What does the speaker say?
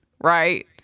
right